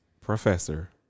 Professor